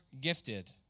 gifted